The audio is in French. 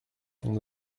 son